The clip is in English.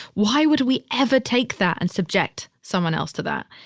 why would we ever take that and subject someone else to that?